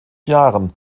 jahren